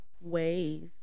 ways